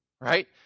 right